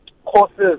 Courses